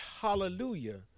hallelujah